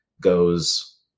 goes